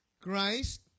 Christ